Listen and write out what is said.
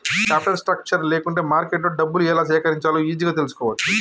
capital structure లేకుంటే మార్కెట్లో డబ్బులు ఎలా సేకరించాలో ఈజీగా తెల్సుకోవచ్చు